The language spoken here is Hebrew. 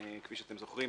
כפי שאתם זוכרים,